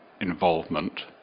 involvement